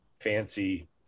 fancy